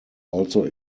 also